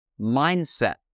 Mindset